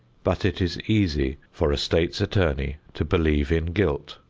but it is easy for a state's attorney to believe in guilt.